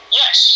yes